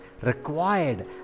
required